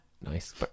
nice